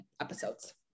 episodes